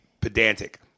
pedantic